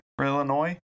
Illinois